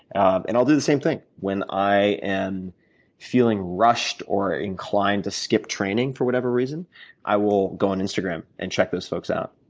and i'll do the same thing when i am feeling rushed or inclined to skip training for whatever reason i will go on instagram and check those folks out.